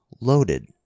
loaded